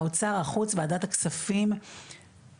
האוצר, החוץ, ועדת הכספים בכנסת,